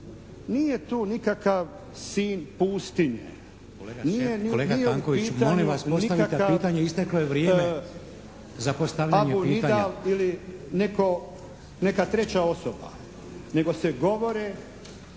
**Šeks, Vladimir (HDZ)** Kolega Tanković! Molim vas postavite pitanje. Isteklo je vrijeme za postavljanje pitanja.